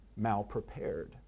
malprepared